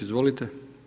Izvolite.